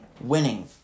winning